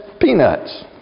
peanuts